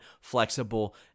flexible